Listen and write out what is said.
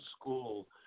school